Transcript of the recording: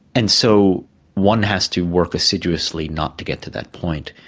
and so one has to work assiduously not to get to that point.